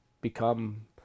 become